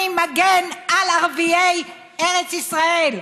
אני מגן על ערביי ארץ ישראל,